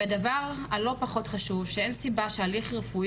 והדבר הלא פחות חשוב שאין סיבה שהליך רפואי